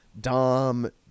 Dom